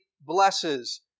blesses